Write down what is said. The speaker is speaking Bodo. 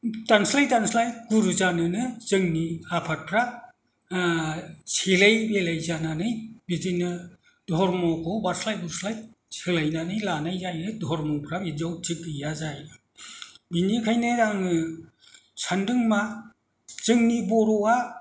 दानस्लाय दानस्लाय गुरु जानोनो जोंनि आफादफ्रा सेलाय बेलाय जानानै बिदिनो धरम'खौ बास्लाय बुस्लाय सोलायनानै लानाय जायो धरम'फ्रा बिदियावनो थिग गैया जायो बेनिखायनो आङो सानदों मा जोंनि बर'आ